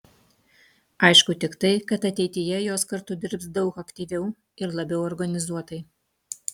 aišku tik tai kad ateityje jos kartu dirbs daug aktyviau ir labiau organizuotai